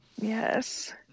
Yes